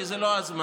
כי זה לא הזמן.